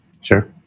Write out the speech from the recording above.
Sure